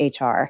HR